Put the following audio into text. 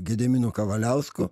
gediminu kavaliausku